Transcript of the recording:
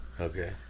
Okay